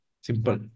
Simple